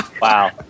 Wow